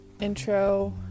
intro